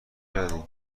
کردی